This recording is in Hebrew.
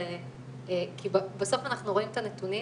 כי בסוף אנחנו רואים את הנתונים